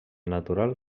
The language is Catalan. natural